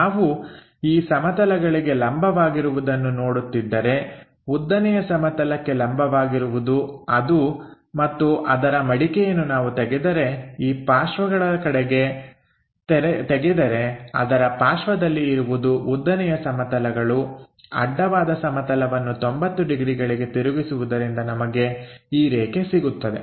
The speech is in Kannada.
ನಾವು ಈ ಸಮತಲಗಳಿಗೆ ಲಂಬವಾಗಿರುವದನ್ನು ನೋಡುತ್ತಿದ್ದರೆ ಉದ್ದನೆಯ ಸಮತಲಕ್ಕೆ ಲಂಬವಾಗಿರುವುದು ಅದು ಮತ್ತು ಅದರ ಮಡಿಕೆಯನ್ನು ನಾವು ತೆಗೆದರೆ ಈ ಪಾರ್ಶ್ವಗಳ ಕಡೆಗೆ ತೆಗೆದರೆ ಅದರ ಪಾರ್ಶ್ವದಲ್ಲಿ ಇರುವುದು ಉದ್ದನೆಯ ಸಮತಲಗಳು ಅಡ್ಡವಾದ ಸಮತಲವನ್ನು 90 ಡಿಗ್ರಿಗಳಿಗೆ ತಿರುಗಿಸುವುದರಿಂದ ನಮಗೆ ಈ ರೇಖೆ ಸಿಗುತ್ತದೆ